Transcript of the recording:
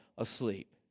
asleep